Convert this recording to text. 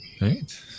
right